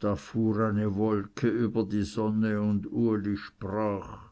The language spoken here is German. da fuhr eine wolke über die sonne und uli sprach